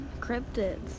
cryptids